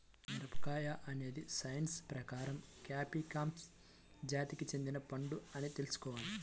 మిరపకాయ అనేది సైన్స్ ప్రకారం క్యాప్సికమ్ జాతికి చెందిన పండు అని తెల్సుకోవాలి